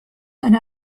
eine